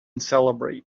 celebrate